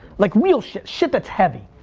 like real, shit shit that's heavy,